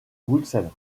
bruxelles